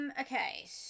Okay